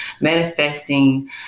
manifesting